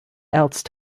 else